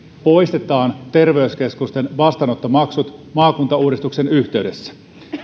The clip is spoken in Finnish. poistetaan terveyskeskusten vastaanottomaksut maakuntauudistuksen yhteydessä